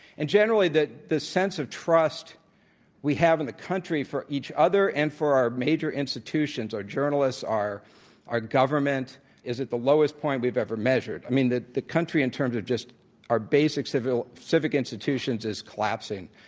and generally, the the sense of trust we have in the country for each other and for our major institutions our journalists, our our government, is at the lowest point we've ever measured. i mean, the the country in terms of just our basic civil civil institutions is collapsing.